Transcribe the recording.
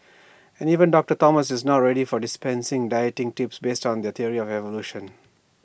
and even doctor Thomas is not ready to dispense dieting tips based on this theory of evolution